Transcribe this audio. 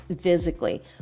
physically